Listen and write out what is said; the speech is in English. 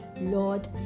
Lord